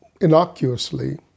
innocuously